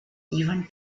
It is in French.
yvonne